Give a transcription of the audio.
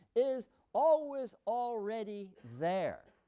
is always already there,